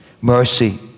Mercy